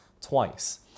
twice